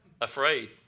Afraid